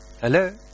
Hello